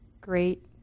great